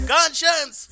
Conscience